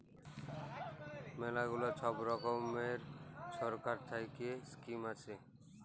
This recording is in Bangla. ম্যালা গুলা ছব রকমের ছরকার থ্যাইকে ইস্কিম আসে